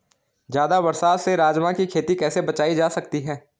ज़्यादा बरसात से राजमा की खेती कैसी बचायी जा सकती है?